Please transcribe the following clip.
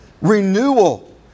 Renewal